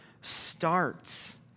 starts